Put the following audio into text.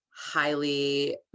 highly